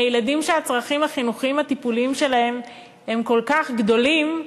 אלה ילדים שהצרכים החינוכיים-הטיפוליים שלהם כל כך גדולים,